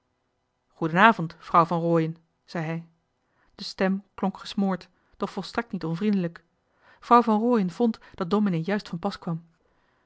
vrouw van rooien zei hij de stem klonk gesmoord doch volstrekt niet onvriendelijk vrouw van rooien vond dat domenee juist van pas kwam